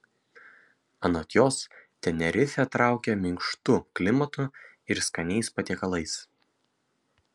anot jos tenerifė traukia minkštu klimatu ir skaniais patiekalais